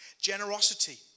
generosity